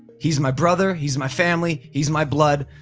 he's my brother. he's my family. he's my blood.